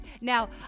Now